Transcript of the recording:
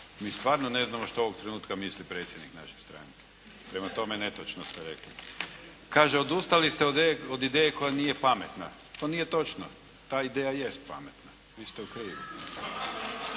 Mi stvarno ne znamo što ovog trenutka misli predsjednik naše stranke. Prema tome, netočno ste rekli. Kaže odustali ste od ideje koja nije pametna. To nije točno, ta ideja jest pametna. Vi ste u krivu.